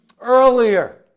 earlier